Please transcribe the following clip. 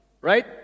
right